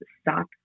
stop